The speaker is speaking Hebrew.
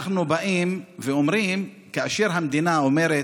המדינה אומרת: